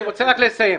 אני רוצה רק לסיים.